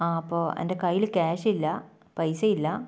ആ അപ്പോൾ എൻ്റെ കയ്യിൽ ക്യാഷില്ല പൈസ ഇല്ല